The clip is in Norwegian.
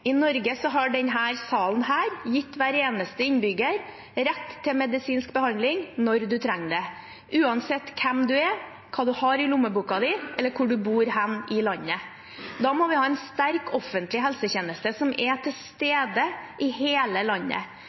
I Norge har denne salen gitt hver eneste innbygger rett til medisinsk behandling når de trenger det, uansett hvem man er, hva man har i lommeboken, eller hvor man bor hen i landet. Da må vi ha en sterk offentlig helsetjeneste som er til stede i hele landet.